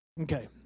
Okay